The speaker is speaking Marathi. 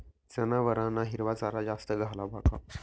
जनावरांना हिरवा चारा जास्त घालावा का?